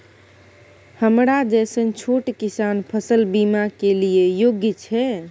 हमरा जैसन छोट किसान फसल बीमा के लिए योग्य छै?